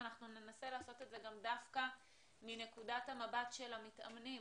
אנחנו ננסה לעשות את זה דווקא מנקודת המבט של המתאמנים,